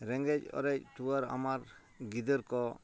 ᱨᱮᱸᱜᱮᱡ ᱚᱨᱮᱡ ᱴᱩᱣᱟᱹᱨ ᱟᱢᱟᱨ ᱜᱤᱫᱟᱹᱨᱠᱚ